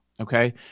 okay